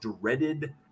dreaded